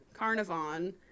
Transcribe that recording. Carnivon